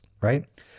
right